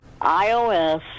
iOS